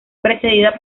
precedida